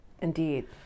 Indeed